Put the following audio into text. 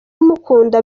umukunda